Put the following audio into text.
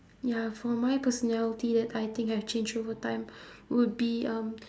ya for my personality that I think I've changed over time would be um